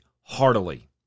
heartily